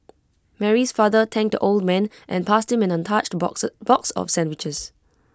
Mary's father thanked the old man and passed him an untouched boxes box of sandwiches